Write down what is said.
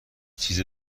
چیز